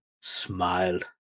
smiled